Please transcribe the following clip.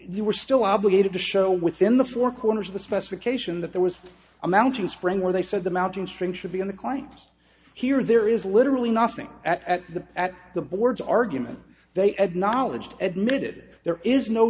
they were still obligated to show within the four corners of the specification that there was a mountain spring where they said the mountain stream should be on the client here there is literally nothing at the at the board's argument they acknowledged admitted there is no